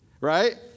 Right